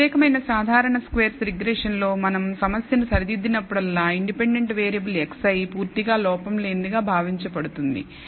ఈ ప్రత్యేకమైన సాధారణ స్క్వేర్స్ రిగ్రెషన్ లో మనం సమస్యను సరిదిద్దినప్పుడల్లా ఇండిపెండెంట్ వేరియబుల్ xi పూర్తిగా లోపం లేనిదిగా భావించబడుతుంది